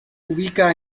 ubica